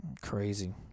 Crazy